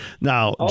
Now